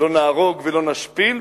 לא נהרוג ולא נשפיל,